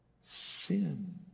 sin